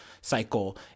cycle